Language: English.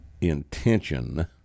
intention